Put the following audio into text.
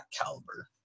caliber